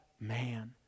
man